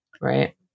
right